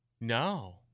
No